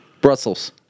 Brussels